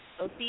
OC